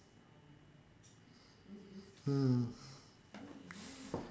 mm